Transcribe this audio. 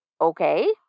okay